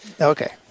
okay